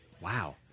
Wow